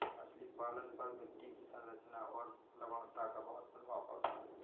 मछली पालन पर मिट्टी की संरचना और लवणता का बहुत प्रभाव पड़ता है